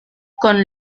con